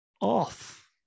off